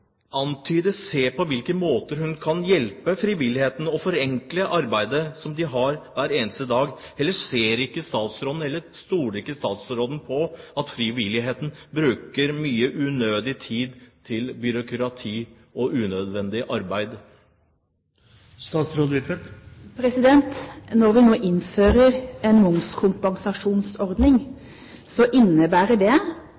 på hvilke måter hun kan hjelpe frivilligheten med å forenkle det arbeidet de har hver eneste dag? Eller ser ikke statsråden at frivilligheten bruker mye unødig tid på byråkrati og unødvendig arbeid? Når vi nå innfører en